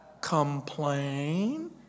complain